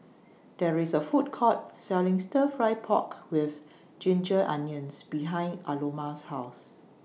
There IS A Food Court Selling Stir Fry Pork with Ginger Onions behind Aloma's House